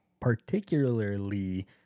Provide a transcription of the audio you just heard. particularly